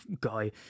guy